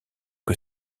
que